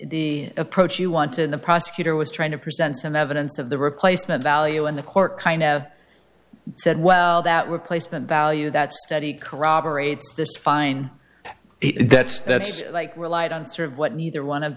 the approach you wanted the prosecutor was trying to present some evidence of the replacement value and the court kind of said well that replacement value that study corroborates this fine that's that's like relied on sort of what neither one of